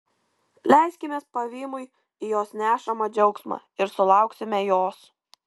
leiskimės pavymui į jos nešamą džiaugsmą ir sulauksime jos